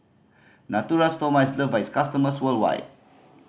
Natura Stoma is loved by its customers worldwide